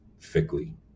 thickly